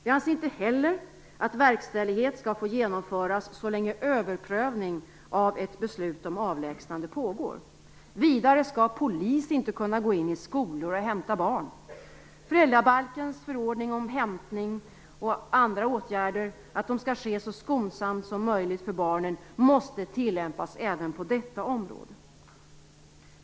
Vi anser inte heller att verkställighet skall få genomföras så länge överprövning av ett beslut om avlägsnande pågår. Vidare skall polis inte kunna gå in i skolor och hämta barn. Föräldrabalkens förordning om att hämtning och andra åtgärder skall ske så skonsamt som möjligt för barnen måste tillämpas även på detta område.